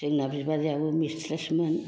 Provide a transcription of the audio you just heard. जोंना बिबाजैआबो मिस्ट्रेसमोन